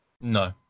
No